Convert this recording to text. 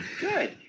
Good